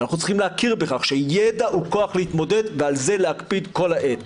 אנחנו צריכים להכיר בכך שידע הוא כח להתמודד ועל זה להקפיד כל העת.